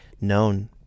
known